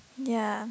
ya